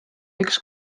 üks